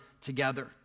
together